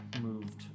moved